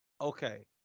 Okay